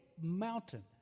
mountain